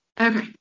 okay